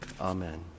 Amen